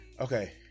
okay